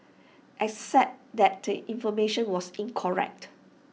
except that the information was incorrect